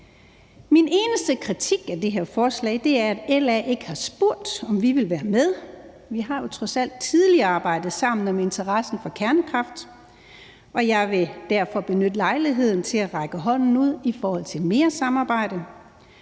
Min eneste kritik af det her forslag er, at LA ikke har spurgt, om vi ville være med. Vi har jo trods alt tidligere arbejdet sammen om interessen for kernekraft, og jeg vil derfor benytte lejligheden til at række hånden ud i forhold til mere samarbejde.